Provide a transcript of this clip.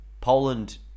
Poland